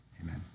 Amen